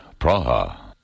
Praha